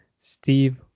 Steve